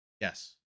yes